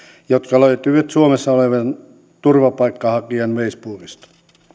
jotka löytyivät suomessa olevan turvapaikanhakijan facebookista